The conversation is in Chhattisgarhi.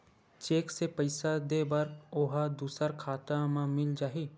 चेक से पईसा दे बर ओहा दुसर खाता म मिल जाही?